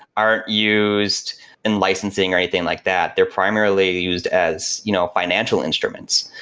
aren't used in licensing or anything like that. they're primarily used as you know financial instruments.